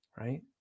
right